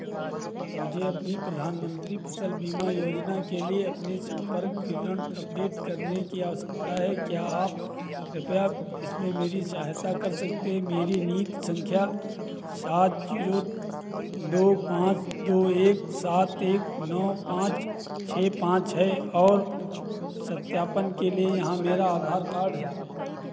मुझे अपनी प्रधानमंत्री फसल बीमा योजना के लिए अपने संपर्क विवरण अपडेट करने की आवश्यकता है क्या आप कृपया इसमें मेरी सहायता कर सकते हैं मेरी नीति संख्या सात ज़ीरो दो पाँच दो एक सात एक नौ पाँच छः पाँच है और सत्यापन के लिए यहाँ मेरा आधार कार्ड है